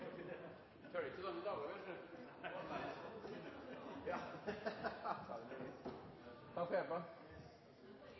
2018 da er